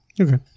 Okay